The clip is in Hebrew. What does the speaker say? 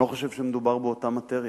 אני לא חושב שמדובר באותה מאטריה.